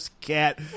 cat